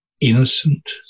innocent